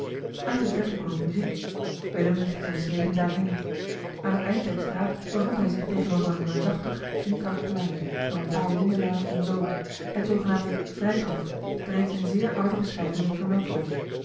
uit de verte klonk muziek willem richtte zijne schreden daarheen aan het eind der straat bevond hij zich tegenover een reusachtig vierkant plein door een paar lindelanen omzoomd het zooeli heimans willem roda genaamde vrijthof dat reeds in zeer oude beschrijvingen vermeld wordt